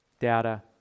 Data